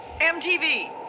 MTV